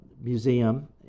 Museum